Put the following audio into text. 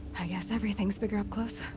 i guess everything's bigger up close.